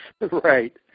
right